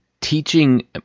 teaching